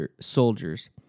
soldiers